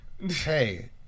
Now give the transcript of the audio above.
hey